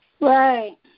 Right